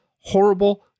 horrible